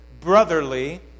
brotherly